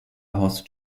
horst